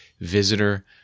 visitor